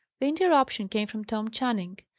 the interruption came from tom channing.